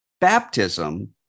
baptism